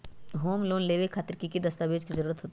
Home loan लेबे खातिर की की दस्तावेज के जरूरत होतई?